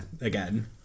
again